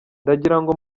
ndagirango